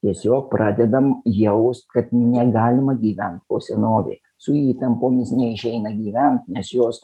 tiesiog pradedam jaust kad negalima gyvent po senovei su įtampomis neišeina gyvent nes jos